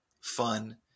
fun